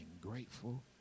grateful